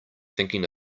thinking